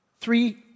Three